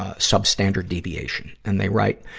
ah substandard deviation. and they write,